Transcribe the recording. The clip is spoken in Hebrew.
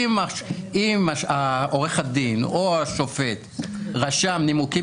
אם עורך הדין או השופט רשם נימוקים